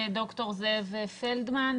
ד"ר זאב פלדמן,